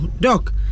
Doc